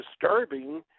disturbing